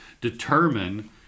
determine